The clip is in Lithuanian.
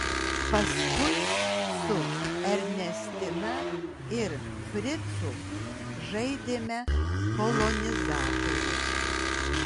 paskui su ernestina ir fricu žaidėme kolonizatorius